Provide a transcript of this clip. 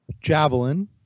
Javelin